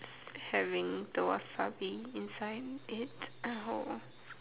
having the wasabi inside it oh